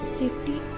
safety